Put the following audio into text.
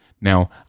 Now